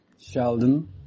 Sheldon